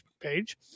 page